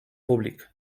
públic